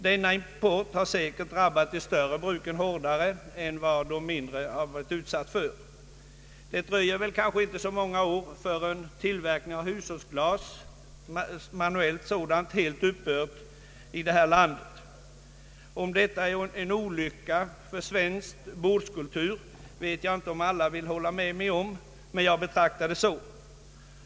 Denna import har säkert drabbat de större bruken hårdasi. Det dröjer kanske inte så många år förrän tillverkningen av hushållsglas på manuellt sätt helt dör ut här i landet. Att detta är en olycka för svensk bordskultur vill kanske inte alla hålla med mig om, men jag betraktar det så.